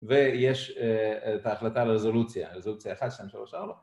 ‫ויש את ההחלטה על הרזולוציה, ‫הרזולוציה 1, 2, 3, 4.